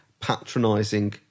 patronising